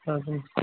दा बै